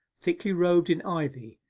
thickly robed in ivy,